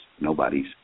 nobody's